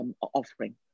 offering